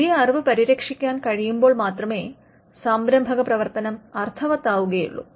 പുതിയ അറിവ് പരിരക്ഷിക്കാൻ കഴിയുമ്പോൾ മാത്രമേ സംരംഭക പ്രവർത്തനം അർത്ഥവത്താകുകയുള്ളൂ